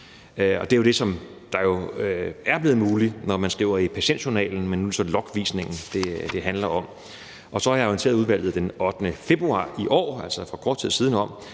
det er jo det, der er blevet muligt, når man skriver i patientjournalen, men nu er det så logvisningen, det handler om. Så har jeg orienteret udvalget den 8. februar i år, altså for kort tid siden, om,